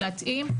להתאים,